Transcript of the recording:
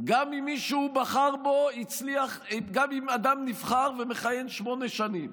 גם אם אדם נבחר ומכהן שמונה שנים.